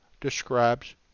describes